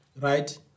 right